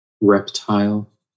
reptile